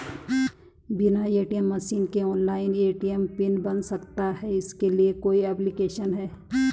बिना ATM machine के online ATM PIN बन सकता है इसके लिए कोई ऐप्लिकेशन है?